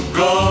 go